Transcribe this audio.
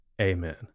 Amen